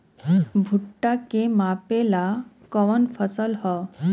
भूट्टा के मापे ला कवन फसल ह?